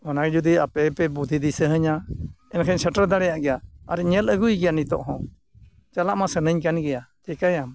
ᱚᱱᱟᱜᱮ ᱡᱩᱫᱤ ᱟᱯᱮᱯᱮ ᱵᱩᱫᱽᱫᱷᱤ ᱫᱤᱥᱟᱹᱣᱟᱧᱟ ᱮᱱᱠᱷᱟᱱᱤᱧ ᱥᱮᱴᱮᱨ ᱫᱟᱲᱮᱭᱟᱜ ᱜᱮᱭᱟ ᱟᱨᱤᱧ ᱧᱮᱞ ᱟᱹᱜᱩᱭ ᱜᱮᱭᱟ ᱱᱤᱛᱳᱜ ᱦᱚᱸ ᱪᱟᱞᱟᱜᱼᱢᱟ ᱥᱟᱱᱟᱧ ᱠᱟᱱ ᱜᱮᱭᱟ ᱪᱤᱠᱟᱹᱭᱟᱢ